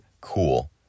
Cool